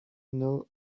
noz